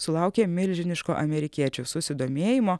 sulaukė milžiniško amerikiečių susidomėjimo